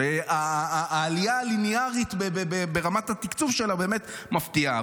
שהעלייה הלינארית ברמת התקצוב שלה באמת מפתיעה.